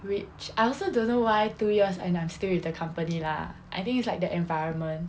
which I also don't know why two years and I'm still with the company lah I think it's like the environment